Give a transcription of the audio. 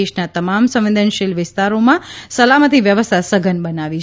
દેશના તમામ સંવેદનસીલ વિસ્તારોમાં સલામતિ વ્યવસ્થા સઘન બનાવી છે